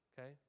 Okay